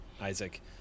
Isaac